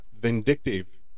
vindictive